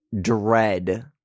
dread